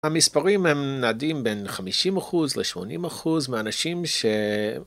המספרים הם נדים בין 50% ל-80% מאנשים ש...